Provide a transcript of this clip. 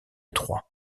trois